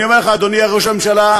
אני אומר לך, אדוני ראש הממשלה,